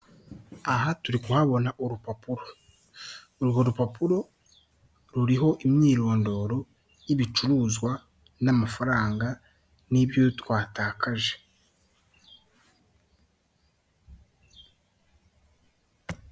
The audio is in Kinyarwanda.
Aha turi kuhabona urupapuro urwo rupapuro ruriho imyirondoro y'ibicuruzwa n'amafaranga n'ibyo twatakaje.